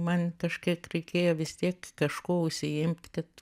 man kažkiek reikėjo vis tiek kažkuo užsiimt kad